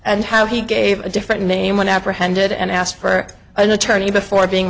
and how he gave a different name when apprehended and asked for an attorney before being